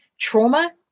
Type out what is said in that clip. trauma